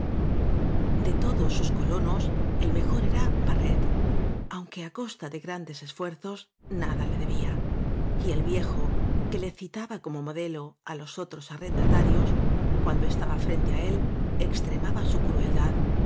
de todos sus colonos el mejor era barret aunque á costa de grandes esfuerzos nada le debía y el viejo que le citaba como modelo á los otros arrendatarios cuando estaba frente á él extremaba su crueldad